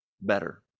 better